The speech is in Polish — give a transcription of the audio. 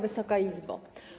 Wysoka Izbo!